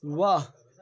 वाह